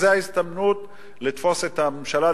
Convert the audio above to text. זו ההזדמנות לתפוס את הממשלה,